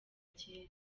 kera